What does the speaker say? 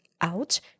out